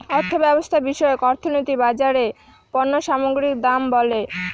অর্থব্যবস্থা বিষয়ক অর্থনীতি বাজারে পণ্য সামগ্রীর দাম বলে